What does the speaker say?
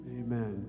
amen